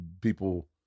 people